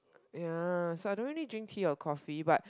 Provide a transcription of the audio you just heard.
ya so I don't need drink tea or coffee but